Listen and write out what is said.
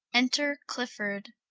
enter clifford.